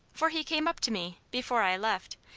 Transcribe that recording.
for he came up to me, before i left,